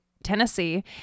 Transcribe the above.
tennessee